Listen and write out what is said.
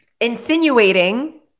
insinuating